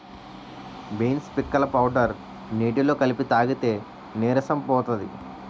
beans పిక్కల powder నీటిలో కలిపి తాగితే నీరసం పోతది